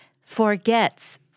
forgets